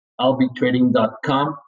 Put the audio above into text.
albitrading.com